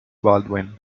baldwin